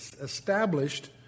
established